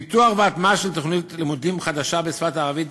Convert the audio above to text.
פיתוח והטמעה של תוכנית לימודים חדשה בשפה הערבית